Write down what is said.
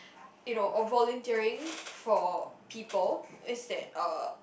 you know or volunteering for people is that uh